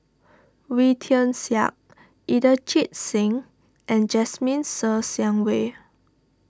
Wee Tian Siak Inderjit Singh and Jasmine Ser Xiang Wei